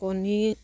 কণী